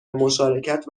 مشارکت